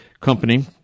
Company